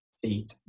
feet